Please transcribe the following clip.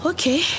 Okay